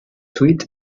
suite